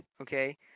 okay